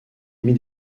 demie